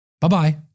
Bye-bye